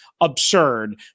absurd